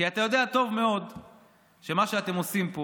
כי אתה יודע טוב מאוד שמה שאתם עושים פה